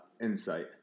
insight